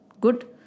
good